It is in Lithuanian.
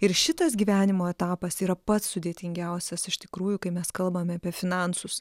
ir šitas gyvenimo etapas yra pats sudėtingiausias iš tikrųjų kai mes kalbame apie finansus